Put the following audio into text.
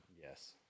Yes